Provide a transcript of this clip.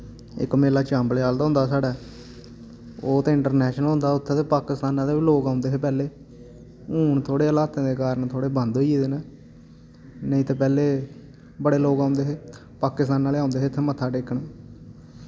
इक मेला चंबलेआल दा होंदा साढ़ै ओह् ते इंटरनैशनल होंदा उत्थै ते पाकिस्तान दे बी लोक औंदे हे पैह्ले हून थोह्ड़े हलातें दे कारण थोह्ड़े बंद होई गेदे न नेईं ते पैह्ले बड़े लोक औंदे हे पाकिस्तान आह्ले औंदे हे इत्थै मत्था टेकन